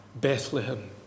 Bethlehem